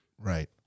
right